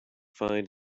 find